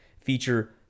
feature